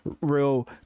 real